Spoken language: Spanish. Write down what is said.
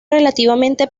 relativamente